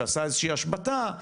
שעשה איזושהי השבתה,